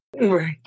Right